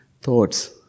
thoughts